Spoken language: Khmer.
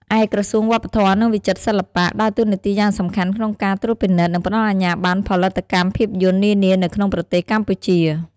ឯក្រសួងវប្បធម៌ និងវិចិត្រសិល្បៈ ដើរតួនាទីយ៉ាងសំខាន់ក្នុងការត្រួតពិនិត្យ និងផ្តល់អាជ្ញាបណ្ណផលិតកម្មភាពយន្តនានានៅក្នុងប្រទេសកម្ពុជា។